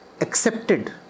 accepted